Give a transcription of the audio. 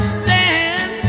stand